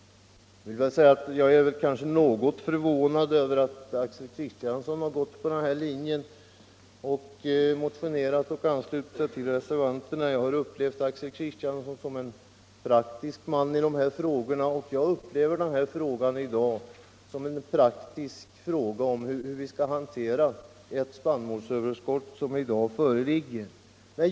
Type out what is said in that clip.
Jag är kanske något förvånad över att Axel Kristiansson motionerat i frågan och nu anslutit sig till reservanterna. Jag har upplevt Axel Kristiansson som en praktisk man i de här frågorna. Jag ser detta som en praktisk fråga om hur vi bör hantera det spannmålsöverskott som vi i dag har.